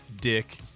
dick